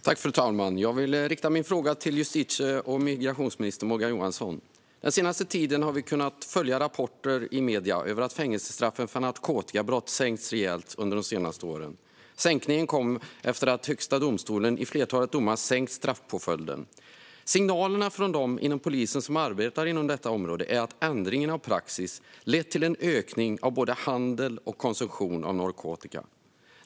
Fru talman! Jag riktar min fråga till justitie och migrationsminister Morgan Johansson. Den senaste tiden har vi kunnat följa rapporter i medierna om att fängelsestraffen för narkotikabrott sänkts rejält under senare år. Sänkningen kom efter att Högsta domstolen i ett flertal domar sänkt straffpåföljden. Signalerna från dem inom polisen som arbetar inom detta område är att ändringen av praxis lett till en ökning av både handel och konsumtion av narkotika.